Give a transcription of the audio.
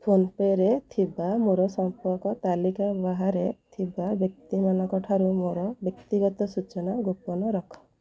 ଫୋନ୍ପେରେ ଥିବା ମୋର ସମ୍ପର୍କ ତାଲିକା ବାହାରେ ଥିବା ବ୍ୟକ୍ତିମାନଙ୍କଠାରୁ ମୋର ବ୍ୟକ୍ତିଗତ ସୂଚନା ଗୋପନ ରଖ